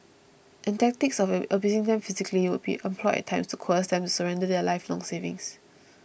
and tactics of you abusing them physically would be employed at times to coerce them to surrender their lifelong savings